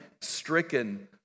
stricken